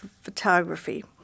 photography